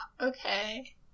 Okay